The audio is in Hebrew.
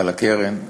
מנכ"ל הקרן,